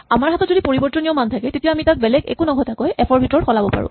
আমাৰ হাতত যদি পৰিবৰ্তনীয় মান থাকে তেতিয়া আমি তাক বেলেগ একো নঘটাকৈ এফ ৰ ভিতৰত সলাব পাৰো